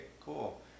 cool